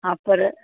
हा पर